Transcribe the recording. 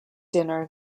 dinner